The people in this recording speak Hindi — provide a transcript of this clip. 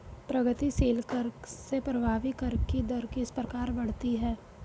प्रगतिशील कर से प्रभावी कर की दर किस प्रकार बढ़ती है?